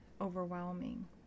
overwhelming